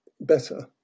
better